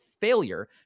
failure